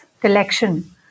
collection